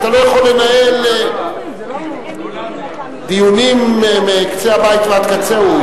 אתה לא יכול לנהל דיונים מקצה הבית ועד קצהו.